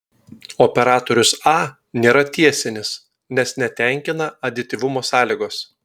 operatorius a nėra tiesinis nes netenkina adityvumo sąlygos